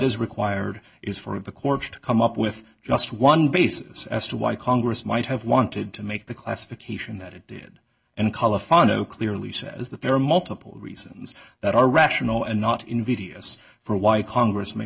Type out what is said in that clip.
is required is for of the courts to come up with just one basis as to why congress might have wanted to make the classification that it did and colophon no clearly says that there are multiple reasons that are rational and not invidious for why congress may